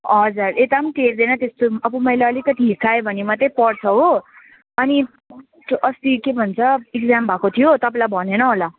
हजुर यता पनि टेर्दैन त्यस्तो अब मैले अलिकति हिर्कायो भने मात्रै पढ्छ हो अनि अस्ति के भन्छ इक्जाम भएको थियो तपाईँलाई भनेन होला